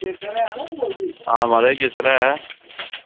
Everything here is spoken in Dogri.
आं म्हाराज केसर ऐ